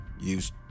use